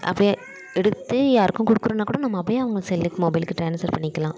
அப்பயே எடுத்து யாருக்கும் கொடுக்கிறனாக்கூட நம்ம அப்படியே அவங்க செல்லுக்கு மொபைலுக்கு ட்ரான்ஸ்வர் பண்ணிக்கலாம்